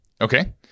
okay